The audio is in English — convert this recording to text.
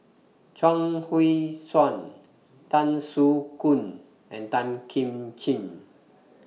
Chuang Hui Tsuan Tan Soo Khoon and Tan Kim Ching